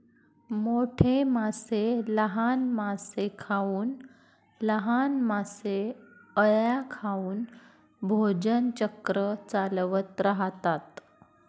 मोठे मासे लहान मासे खाऊन, लहान मासे अळ्या खाऊन भोजन चक्र चालवत राहतात